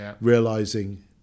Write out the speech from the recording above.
realizing